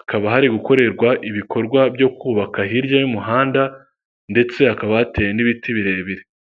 hakaba hari gukorerwa ibikorwa byo kubaka, hirya y'umuhanda ndetse hakaba hateye n'ibiti birebire.